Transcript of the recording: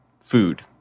food